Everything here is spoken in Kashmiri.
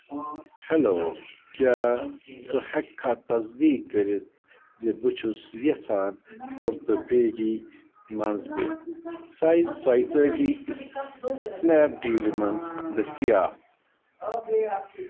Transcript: ہیلو کیٛاہ ژٕ ہیٚککھا تصدیٖق کٔرِتھ زِ بہٕ چھُس یژھان کُرتہٕ بیگی منٛز تہِ سایِز ژۄیہِ تٲجی سٕنیپ ڈیٖلہِ منٛز دٔستیاب